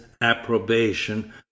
approbation